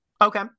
Okay